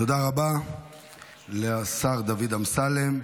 תודה רבה לשר דוד אמסלם.